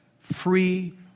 free